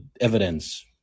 evidence